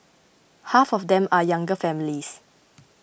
half of them are younger families